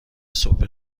صبح